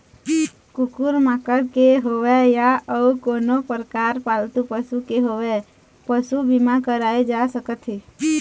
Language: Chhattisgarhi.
कुकुर माकर के होवय या अउ कोनो परकार पालतू पशु के होवय पसू बीमा कराए जा सकत हे